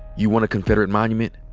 you want a confederate monument?